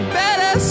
better